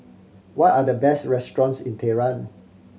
what are the best restaurants in Tehran